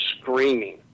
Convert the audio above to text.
screaming